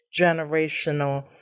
generational